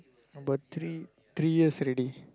about three three years already